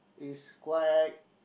is quite